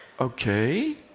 okay